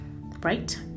right